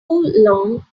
long